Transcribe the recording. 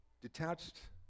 detached